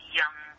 young